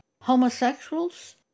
homosexuals